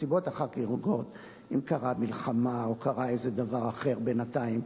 הנסיבות החריגות הן אם היתה מלחמה או קרה איזה דבר אחר בינתיים,